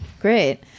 Great